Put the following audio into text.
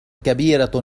كبيرة